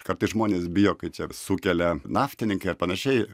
kartais žmonės bijo kai čia sukelia naftininkai ar panašiai